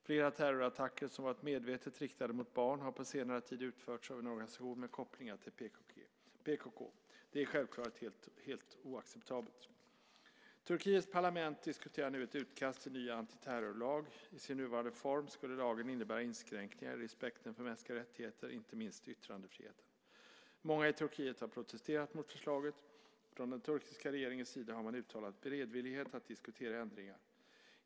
Flera terrorattacker, som varit medvetet riktade mot barn, har på senare tid utförts av en organisation med kopplingar till PKK. Det är självfallet helt oacceptabelt. Turkiets parlament diskuterar nu ett utkast till en ny antiterrorlag. I sin nuvarande form skulle lagen innebära inskränkningar i respekten för mänskliga rättigheter, inte minst yttrandefriheten. Många i Turkiet har protesterat mot förslaget. Från den turkiska regeringens sida har man uttalat beredvillighet att diskutera ändringar.